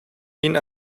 ihnen